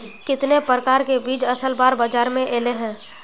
कितने प्रकार के बीज असल बार बाजार में ऐले है?